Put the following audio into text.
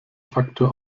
faktor